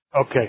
Okay